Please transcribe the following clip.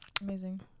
amazing